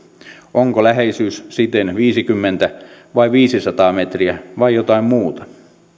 onko läheisyys siis viisikymmentä vai viisisataa metriä vai jotain muuta